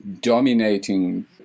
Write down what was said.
dominating